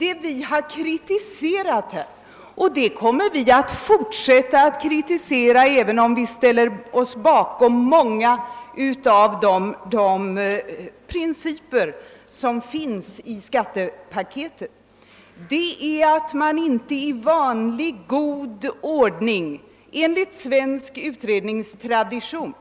Vad vi har kritiserat här och som vi kommer att fortsätta att kritisera, även om vi ställer oss bakom många av de principer som skattepaketet bygger på, är att man inte i vanlig ordning enligt svensk utredningstradition